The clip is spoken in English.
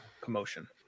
commotion